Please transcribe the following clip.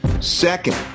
Second